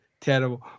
terrible